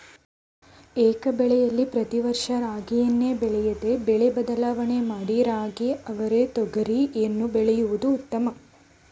ಏಕಬೆಳೆಲಿ ಪ್ರತಿ ವರ್ಷ ರಾಗಿಯನ್ನೇ ಬೆಳೆಯದೆ ಬೆಳೆ ಬದಲಾವಣೆ ಮಾಡಿ ರಾಗಿ ಅವರೆ ರಾಗಿ ತೊಗರಿಯನ್ನು ಬೆಳೆಯೋದು ಉತ್ತಮ